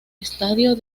estadio